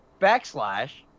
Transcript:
backslash